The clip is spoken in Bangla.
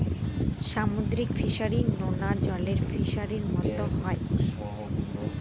সামুদ্রিক ফিসারী, নোনা জলের ফিসারির মতো হয়